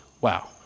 Wow